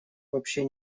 вообще